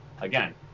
Again